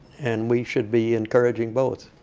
and we should be encouraging both.